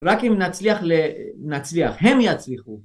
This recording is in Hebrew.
רק אם נצליח להצליח הם יצליחו